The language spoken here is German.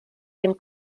dem